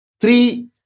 three